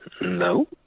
No